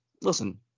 Listen